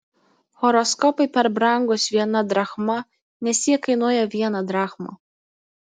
horoskopai per brangūs viena drachma nes jie kainuoja vieną drachmą